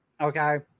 Okay